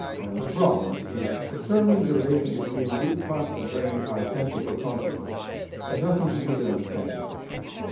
and the problem is, determining the relation between which parts of the brain are essential for consciousness has nothing to do with understanding consciousness.